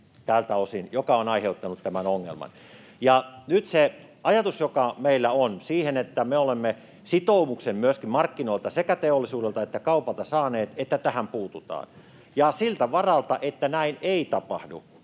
tältä osin, mikä on aiheuttanut tämän ongelman. Ja nyt se ajatus, joka meillä on siihen, että me olemme saaneet sitoumuksen myöskin markkinoilta, sekä teollisuudelta että kaupalta, että tähän puututaan: siltä varalta, että näin ei tapahdu,